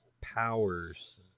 powers